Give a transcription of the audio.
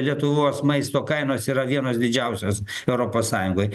lietuvos maisto kainos yra vienos didžiausios europos sąjungoj